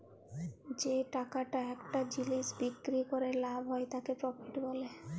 যে টাকাটা একটা জিলিস বিক্রি ক্যরে লাভ হ্যয় তাকে প্রফিট ব্যলে